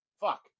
Fuck